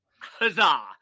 huzzah